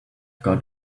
got